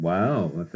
Wow